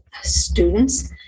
students